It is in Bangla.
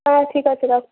হ্যাঁ ঠিক আছে রাখছি